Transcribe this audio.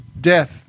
death